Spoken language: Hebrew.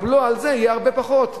הבלו על זה יהיה הרבה פחות,